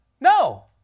no